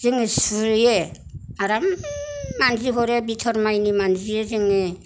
जोङो सुयो आराम मानजिहरो बिथर मानि मानजियो जोङो